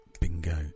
bingo